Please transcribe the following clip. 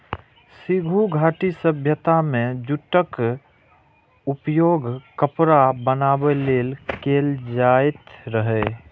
सिंधु घाटी सभ्यता मे जूटक उपयोग कपड़ा बनाबै लेल कैल जाइत रहै